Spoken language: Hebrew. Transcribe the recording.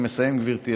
אני מסיים, גברתי.